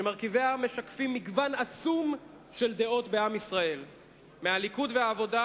שמרכיביה משקפים מגוון עצום של דעות בעם ישראל מהליכוד והעבודה,